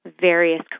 various